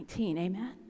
Amen